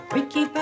Ricky